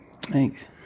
Thanks